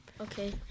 Okay